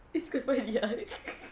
it's good for the eye